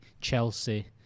Chelsea